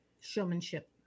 showmanship